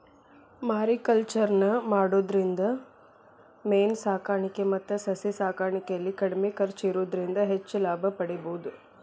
mariculture ನ ಮಾಡೋದ್ರಿಂದ ಮೇನ ಸಾಕಾಣಿಕೆ ಮತ್ತ ಸಸಿ ಸಾಕಾಣಿಕೆಯಲ್ಲಿ ಕಡಿಮೆ ಖರ್ಚ್ ಇರೋದ್ರಿಂದ ಹೆಚ್ಚ್ ಲಾಭ ಪಡೇಬೋದು